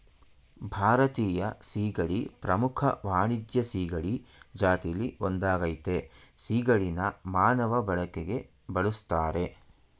ಭಾರತೀಯ ಸೀಗಡಿ ಪ್ರಮುಖ ವಾಣಿಜ್ಯ ಸೀಗಡಿ ಜಾತಿಲಿ ಒಂದಾಗಯ್ತೆ ಸಿಗಡಿನ ಮಾನವ ಬಳಕೆಗೆ ಬಳುಸ್ತರೆ